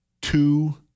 two